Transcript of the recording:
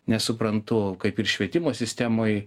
nesuprantu kaip ir švietimo sistemoj